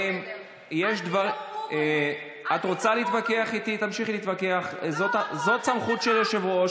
ברור שזאת זכותך, אתה רק משתמש בה לרעה.